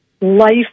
Life